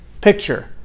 picture